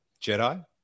Jedi